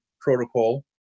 protocol